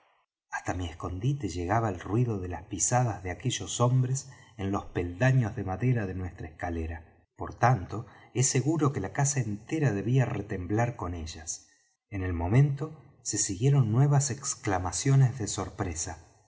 hasta mi escondite llegaba el ruido de las pisadas de aquellos hombres en los peldaños de madera de nuestra escalera por tanto es seguro que la casa entera debía retemblar con ellas en el momento se siguieron nuevas exclamaciones de sorpresa